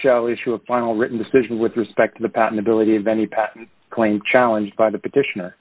show issue a final written decision with respect to the patentability of any patent claim challenge by the petition